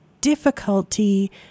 difficulty